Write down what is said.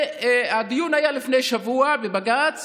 הדיון בבג"ץ